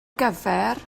gyfer